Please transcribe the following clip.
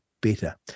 better